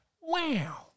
Wow